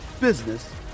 business